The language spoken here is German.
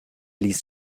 ließ